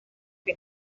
que